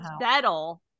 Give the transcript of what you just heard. settle